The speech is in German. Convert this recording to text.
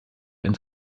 ins